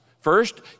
First